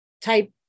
type